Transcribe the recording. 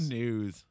news